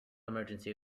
emergency